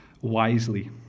wisely